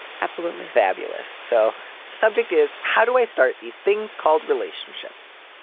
absolutely fabulous so subject is how do i start these things called relationships.